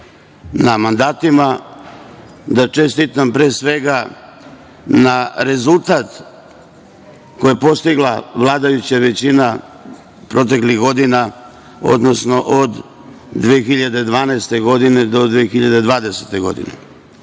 na mandatima, da čestitam, pre svega, na rezultat koji je postigla vladajuća većina proteklih godina, odnosno, od 2012. do 2020. godine. Odmah